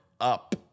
up